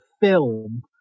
film